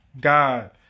god